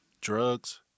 drugs